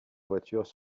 voitures